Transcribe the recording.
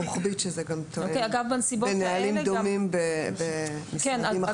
רוחבית, שזה גם תואם בנהלים דומים במשרדים אחרים.